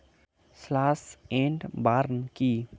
Slash and burn কি?